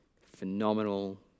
phenomenal